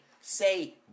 Say